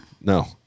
No